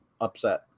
upset